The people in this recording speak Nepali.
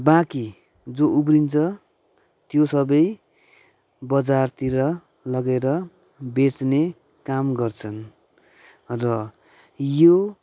बाँकी जो उब्रिन्छ त्यो सबै बजारतिर लगेर बेच्ने काम गर्छन् र यो